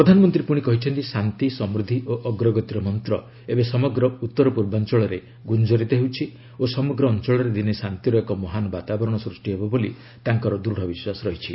ପ୍ରଧାନମନ୍ତ୍ରୀ କହିଛନ୍ତି ଶାନ୍ତି ସମୃଦ୍ଧି ଓ ଅଗ୍ରଗତିର ମନ୍ତ୍ର ଏବେ ସମଗ୍ର ଉତ୍ତର ପୂର୍ବାଞ୍ଚଳରେ ଗୁଞ୍ଜରିତ ହେଉଛି ଓ ସମଗ୍ର ଅଞ୍ଚଳରେ ଦିନେ ଶାନ୍ତିର ଏକ ମହାନ ବାତାବରଣ ସୃଷ୍ଟି ହେବ ବୋଲି ତାଙ୍କର ଦୂଢ଼ ବିଶ୍ୱାସ ରହିଛି